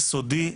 יסודי,